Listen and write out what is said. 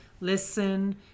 listen